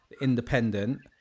Independent